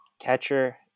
catcher